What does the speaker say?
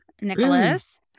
Nicholas